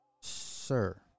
Sir